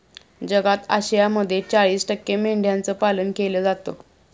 जगात आशियामध्ये चाळीस टक्के मेंढ्यांचं पालन केलं जातं